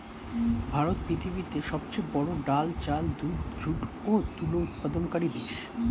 ভারত পৃথিবীতে সবচেয়ে বড়ো ডাল, চাল, দুধ, যুট ও তুলো উৎপাদনকারী দেশ